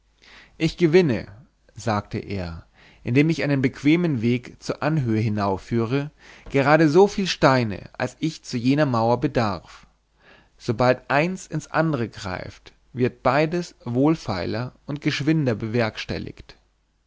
ich gewinne sagte er indem ich einen bequemen weg zur anhöhe hinaufführe gerade soviel steine als ich zu jener mauer bedarf sobald eins ins andre greift wird beides wohlfeiler und geschwinder bewerkstelligt